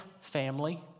family